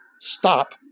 stop